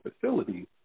facilities